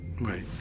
Right